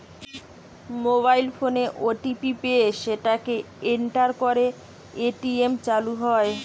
mobile ফোনে OTP পেয়ে সেটাকে এন্টার করে এ.টি.এম চালু হয়